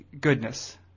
goodness